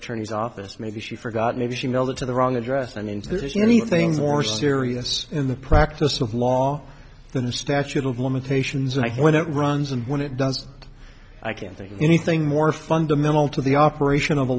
attorney's office maybe she forgot maybe she mailed it to the wrong address and into this is anything more serious in the practice of law than the statute of limitations and i when it runs and when it does i can't think of anything more fundamental to the operation of a